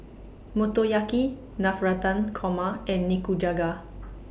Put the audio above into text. Motoyaki Navratan Korma and Nikujaga